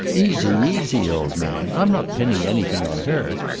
easy, easy, old man. i'm not pinning anything on her.